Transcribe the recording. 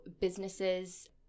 businesses